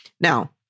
now